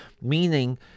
Meaning